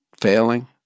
failing